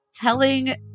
telling